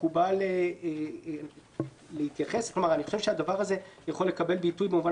אני חושב שהדבר הזה יכול לקבל ביטוי במובן